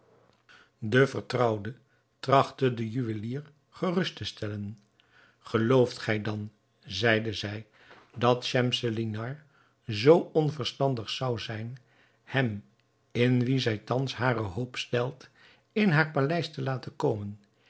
de vertrouwde trachtte den juwelier gerust te stellen gelooft gij dan zeide zij dat schemselnihar zoo onverstandig zou zijn hem in wien zij thans hare hoop stelt in haar paleis te laten komen